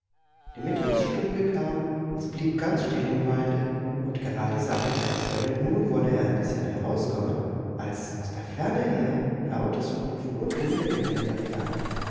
die mittagsstunde kam es blieb ganz still im walde und gerade sagte kasperle nun wolle er ein bißchen herauskommen als aus der ferne her lautes rufen und hundegebell erklang